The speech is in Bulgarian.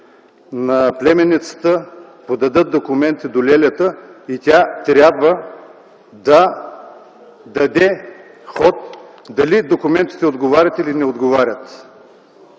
на племенницата подаде документи до лелята и тя трябва да даде ход дали документите отговарят или не отговарят